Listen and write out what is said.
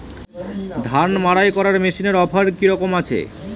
ধান মাড়াই করার মেশিনের অফার কী রকম আছে?